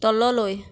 তললৈ